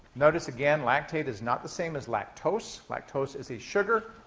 notice, again, lactate is not the same as lactose. lactose is a sugar.